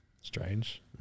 strange